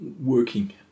working